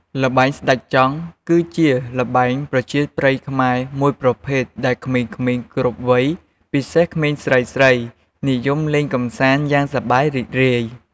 ល្បែងស្តេចចង់ គឺជាល្បែងប្រជាប្រិយខ្មែរមួយប្រភេទដែលក្មេងៗគ្រប់វ័យ ពិសេសក្មេងស្រីៗ និយមលេងកម្សាន្តយ៉ាងសប្បាយរីករាយ។